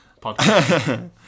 podcast